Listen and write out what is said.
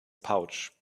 pouch